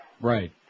Right